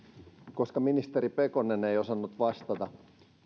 koska ministeri pekonen ei osannut vastata